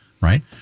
Right